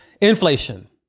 inflation